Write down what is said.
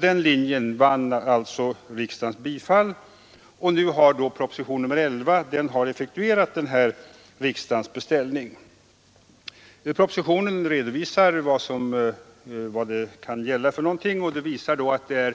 Den linjen vann riksdagens bifall, och nu har proposition 11 till årets riksdag effektuerat denna riksdagens beställning. Propositionen redovisar vad det här gäller, och av den redovisningen framgår att tillämpningen